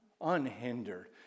unhindered